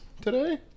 today